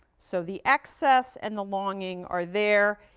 so the excess and the longing are there,